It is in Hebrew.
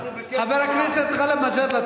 חבר הכנסת גאלב מג'אדלה,